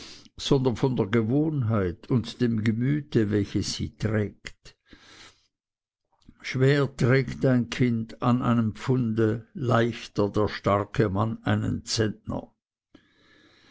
sondern von der gewohnheit und dem gemüte welches sie trägt schwer trägt ein kind an einem pfunde leichter der starke mann einen zentner